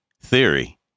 theory